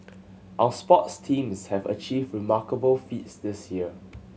our sports teams have achieved remarkable feats this year